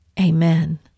Amen